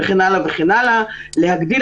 אסירים